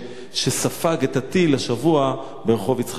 שספג את הטיל השבוע ברחוב יצחק רבין.